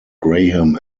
graham